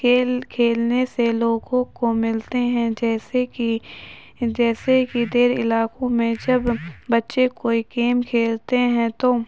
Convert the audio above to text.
کھیل کھیلنے سے لوگوں کو ملتے ہیں جیسے کہ جیسے کہ دیر علاقوں میں جب بچّے کوئی گیم کھیلتے ہیں تو